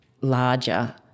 larger